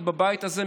בבית הזה,